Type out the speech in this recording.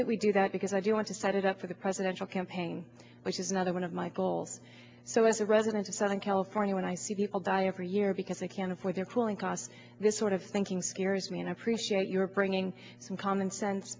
that we do that because i do want to set it up for the presidential campaign which is another one of my goals so as a resident of southern california when i see people die every year because they can't afford their cooling costs this sort of thinking scares me and i appreciate your bringing in common sense